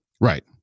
Right